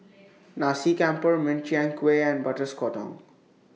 Nasi Campur Min Chiang Kueh and Butter Sotong